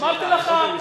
אמרתי לך.